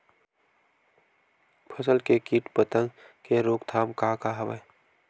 फसल के कीट पतंग के रोकथाम का का हवय?